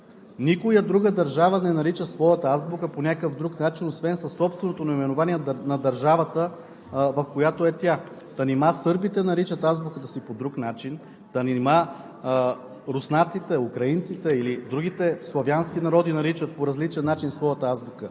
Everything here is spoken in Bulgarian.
Никоя друга държава не нарича своята азбука по някакъв друг начин освен със собственото наименование на държавата, в която е тя. Та нима сърбите наричат азбуката си по друг начин? Нима руснаците, украинците или другите славянски народи наричат по различен начин своята азбука,